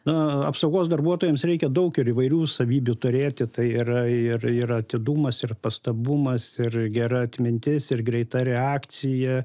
na apsaugos darbuotojams reikia daug ir įvairių savybių turėti tai ir ir ir atidumas ir pastabumas ir gera atmintis ir greita reakcija